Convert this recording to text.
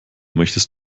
möchtest